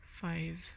five